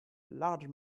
larger